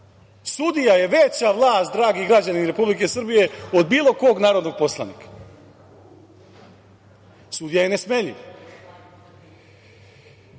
države. Sudija je veća vlast, dragi građani Republike Srbije, od bilo kog narodnog poslanika. Sudija je nesmenljiv.Zašto